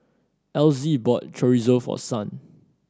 Elzie bought Chorizo for Son